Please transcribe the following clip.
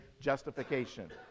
justification